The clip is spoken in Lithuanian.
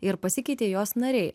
ir pasikeitė jos nariai